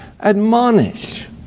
Admonish